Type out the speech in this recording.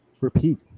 Repeat